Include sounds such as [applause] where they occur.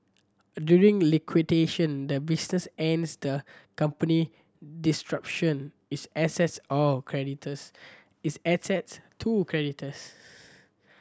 during liquidation the business ends the company [unintelligible] its assets all creditors its assets to creditors